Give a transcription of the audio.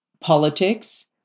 politics